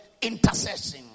intercessing